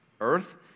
Earth